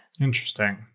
Interesting